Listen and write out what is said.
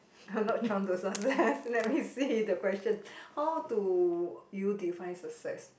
uh not chiong to success let me see the question how do you define success